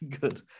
good